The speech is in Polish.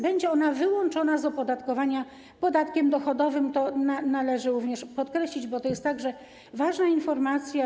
Będą one wyłączone z opodatkowania podatkiem dochodowym, należy to również podkreślić, bo to jest także ważna informacja.